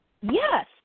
Yes